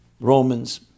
Romans